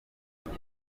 none